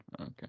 Okay